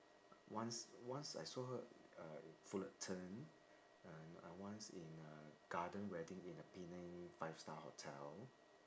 once once I saw her uh fullerton uh and a once in a garden wedding in a penang five star hotel